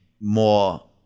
more